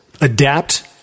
Adapt